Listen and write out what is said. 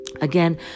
again